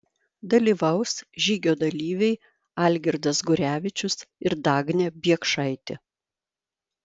dalyvaus žygio dalyviai algirdas gurevičius ir dagnė biekšaitė